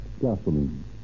gasoline